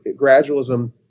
gradualism